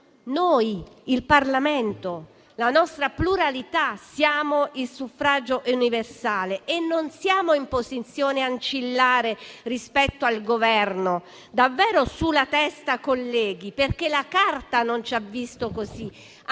Noi, il Parlamento e la nostra pluralità, siamo il suffragio universale e non siamo in posizione ancillare rispetto al Governo. Davvero su la testa, colleghi, perché la Carta non ci ha visto così,